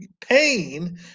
pain